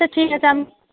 আচ্ছা ঠিক আছে আমি